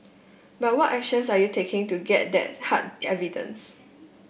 but what actions are you taking to get that hard evidence